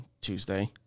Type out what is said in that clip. Tuesday